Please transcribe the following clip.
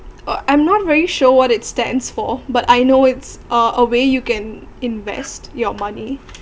uh I'm not really sure what it stands for but I know it's a a way you can invest your money